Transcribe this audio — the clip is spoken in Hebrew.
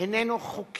איננו חוקי,